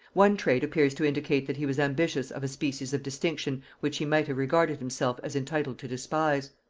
one trait appears to indicate that he was ambitious of a species of distinction which he might have regarded himself as entitled to despise.